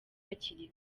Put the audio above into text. hakiri